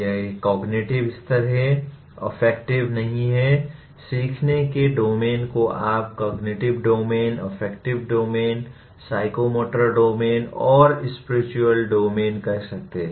यह एक कॉग्निटिव स्तर है अफ्फेक्टिव नहीं है सीखने के डोमेन को आप cognitive domain affective domain psychomotor domain और स्पिरिचुअल डोमेन कह सकते हैं